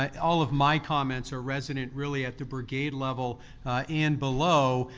ah all of my comments are resonant, really at the brigade level and below.